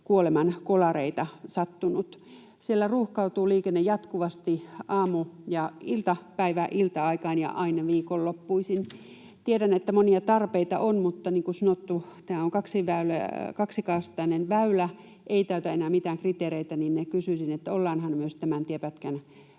kuolemankolareita sattunut. Siellä ruuhkautuu liikenne jatkuvasti aamu- ja iltapäivä-, ilta-aikaan ja aina viikonloppuisin. Tiedän, että monia tarpeita on, mutta niin kuin sanottu, kun tämä on kaksikaistainen väylä eikä täytä enää mitään kriteereitä, niin kysyisin: ollaanhan myös tämän tiepätkän